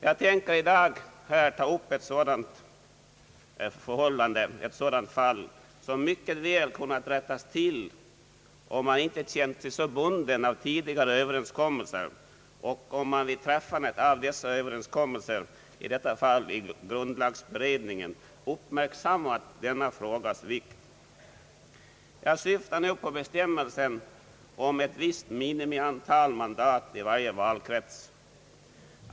Jag tänker i dag här ta upp ett sådant fall som mycket väl kunnat rättas till om man inte känt sig så bunden av tidigare överenskommelser och om man vid träffandet av dessa överenskommelser — i detta fall i grundlagberedningen — uppmärksammat denna frågas vikt. Jag syftar på bestämmelsen om ett visst minimiantal mandat i varje valkrets.